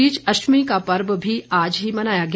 इस बीच अष्टमी का पर्व भी आज ही मनाया गया